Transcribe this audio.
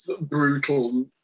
brutal